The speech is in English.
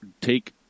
take